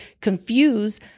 confuse